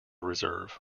reserve